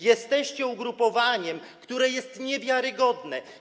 Jesteście ugrupowaniem, które jest niewiarygodne.